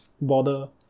bother